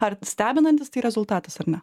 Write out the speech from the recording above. ar stebinantis tai rezultatas ar ne